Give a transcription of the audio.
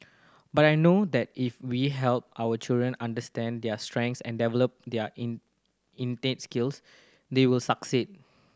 but I know that if we help our children understand their strengths and develop their in skills they will succeed